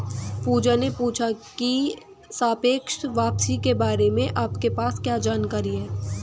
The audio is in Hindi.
पूजा ने पूछा की सापेक्ष वापसी के बारे में आपके पास क्या जानकारी है?